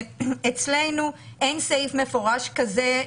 "אצלנו אין סעיף מפורש שכזה,